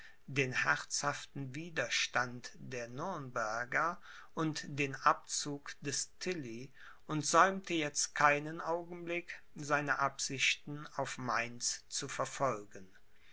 den herzhaften widerstand der nürnberger und den abzug des tilly und säumte jetzt keinen augenblick seine absichten auf mainz zu verfolgen